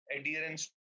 adherence